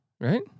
right